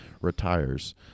retires